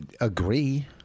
agree